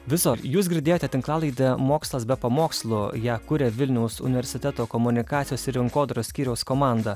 viso jūs girdėjote tinklalaidę mokslas be pamokslų ją kuria vilniaus universiteto komunikacijos ir rinkodaros skyriaus komanda